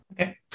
okay